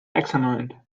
examined